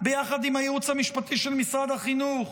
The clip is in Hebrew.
ביחד עם הייעוץ המשפטי של משרד החינוך.